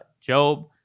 Job